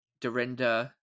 Dorinda